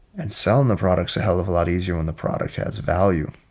and selling the products a hell of a lot easier when the product has value